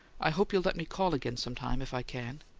i hope you'll let me call again some time, if i can.